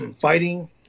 Fighting